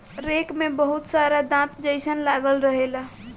rake में बहुत सारा दांत जइसन लागल रहेला